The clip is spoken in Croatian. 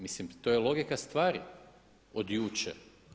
Mislim to je logika stvari od jučer.